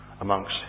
amongst